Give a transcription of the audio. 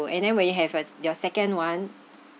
and then when you have a your second one